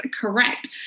correct